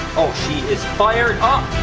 oh she is fired um